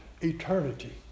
eternity